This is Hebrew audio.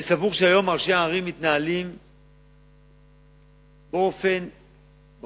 אני סבור שהיום ראשי ערים מתנהלים באופן יחסי,